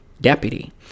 deputy